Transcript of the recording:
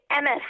MS